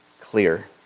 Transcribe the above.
clear